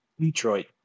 Detroit